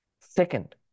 Second